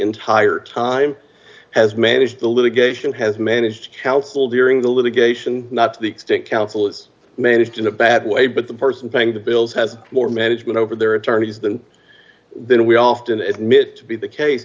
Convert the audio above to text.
entire time has managed the litigation has managed how cool during the litigation not the council is managed in a bad way but the person paying the bills has more management over their attorneys than than we often admit to be the case